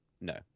No